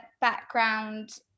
background